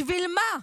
בשביל מה?